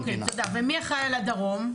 אוקיי תודה, ומי האחראי על הדרום?